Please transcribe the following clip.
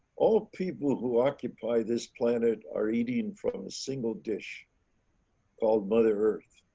all people who occupy this planet are eating from a single dish called mother earth.